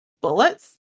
bullets